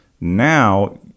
Now